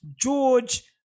george